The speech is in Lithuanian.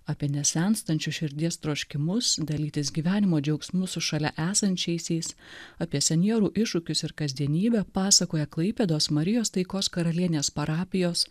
apie nesenstančius širdies troškimus dalytis gyvenimo džiaugsmu su šalia esančiaisiais apie senjorų iššūkius ir kasdienybę pasakoja klaipėdos marijos taikos karalienės parapijos